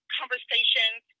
conversations